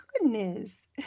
goodness